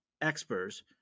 experts